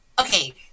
Okay